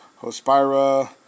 Hospira